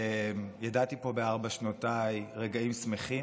ידעתי פה בארבע שנותיי רגעים שמחים,